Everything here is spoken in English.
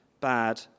bad